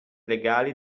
legali